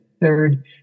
third